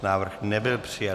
Návrh nebyl přijat.